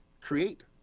create